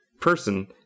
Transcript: person